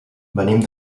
venim